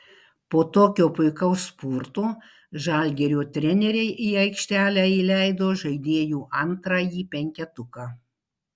po tokio puikaus spurto žalgirio treneriai į aikštelę įleido žaidėjų antrąjį penketuką